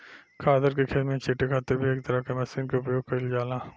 खादर के खेत में छींटे खातिर भी एक तरह के मशीन के उपयोग कईल जाला